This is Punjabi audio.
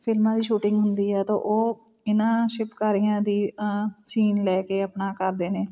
ਫਿਲਮਾਂ ਦੀ ਸ਼ੂਟਿੰਗ ਹੁੰਦੀ ਆ ਤਾਂ ਉਹ ਇਹਨਾਂ ਸ਼ਿਲਪਕਾਰੀਆਂ ਦੀ ਸੀਨ ਲੈ ਕੇ ਆਪਣਾ ਕਰਦੇ ਨੇ